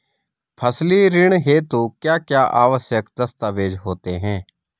फसली ऋण हेतु क्या क्या आवश्यक दस्तावेज़ होते हैं?